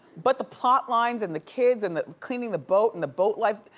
but the plot lines, and the kids, and the cleaning the boat, and the boat life.